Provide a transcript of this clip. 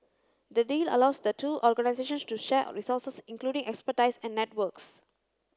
the deal allows the two organisations to share resources including expertise and networks